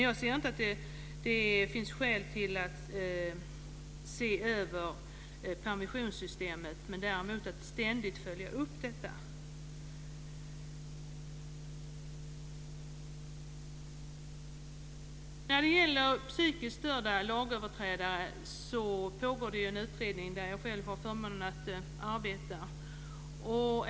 Jag tycker inte att det finns skäl att se över permissionssystemet men däremot att ständigt följa upp detta. Det pågår en utredning om psykiskt störda lagöverträdare som jag har förmånen att arbeta i.